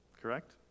correct